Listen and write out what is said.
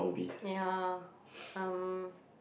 ya um